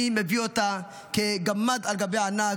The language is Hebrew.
אני מביא אותה כגמד על גבי ענק.